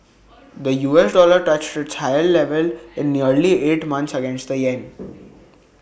the U S dollar touched its highest level in nearly eight months against the Yen